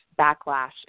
backlash